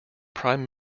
prime